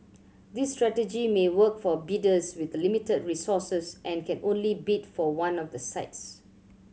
this strategy may work for bidders with limited resources and can only bid for one of the sites